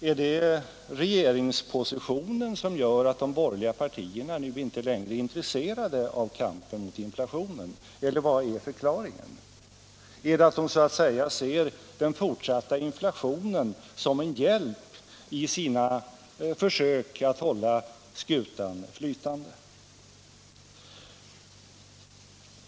Är det regeringspositionen som gör att de borgerliga partierna inte längre är intresserade av kampen mot inflationen? Eller vad är förklaringen? Är förklaringen den att de så att säga ser den fortsatta inflationen som en hjälp i sina försök att hålla skutan flytande?